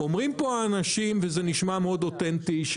אומרים פה אנשים וזה נשמע מאוד אותנטי,